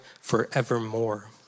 forevermore